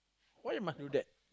why must do that